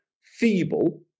feeble